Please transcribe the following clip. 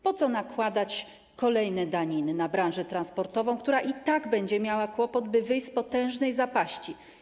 Po co nakładać kolejne daniny na branżę transportową, która i tak będzie miała kłopot, by wyjść z potężnej zapaści?